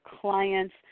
clients